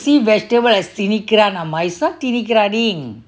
see vegetable as திணிக்கரான் அம்மா:thinikaraan amma it's not திணிக்கரானிங்:thinnikkaraning